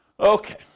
Okay